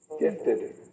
gifted